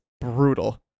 brutal